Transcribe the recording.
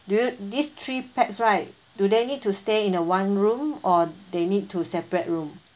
do you these three pax right do they need to stay in a one room or they need to separate room